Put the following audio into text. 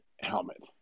helmet